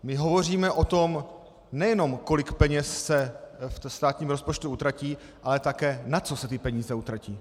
My hovoříme o tom, nejenom kolik peněz se ve státním rozpočtu utratí, ale také na co se ty peníze utratí.